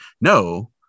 No